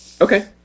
Okay